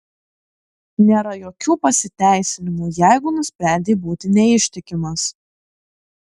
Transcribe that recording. nėra jokių pasiteisinimų jeigu nusprendei būti neištikimas